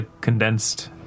condensed